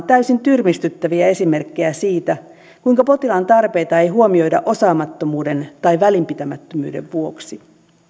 täysin tyrmistyttäviä esimerkkejä siitä kuinka potilaan tarpeita ei huomioida osaamattomuuden tai välinpitämättömyyden vuoksi